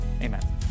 Amen